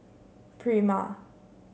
prima